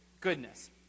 goodness